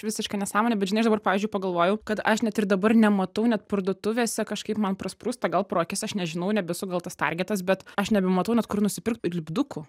visiška nesąmonė bet žinai aš dabar pavyzdžiui pagalvojau kad aš net ir dabar nematau net parduotuvėse kažkaip man prasprūsta gal pro akis aš nežinau nebesu gal tas targetas bet aš nebematau net kur nusipirkti lipdukų